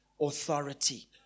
authority